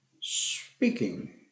Speaking